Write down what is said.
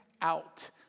out